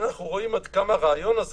אנחנו רואים עד כמה הרעיון הזה